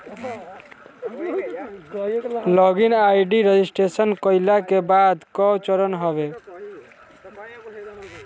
log in ID registration कईला के बाद कअ चरण हवे